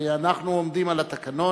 ואנחנו עומדים על התקנון,